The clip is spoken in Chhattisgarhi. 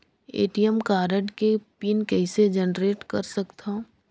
ए.टी.एम कारड के पिन कइसे जनरेट कर सकथव?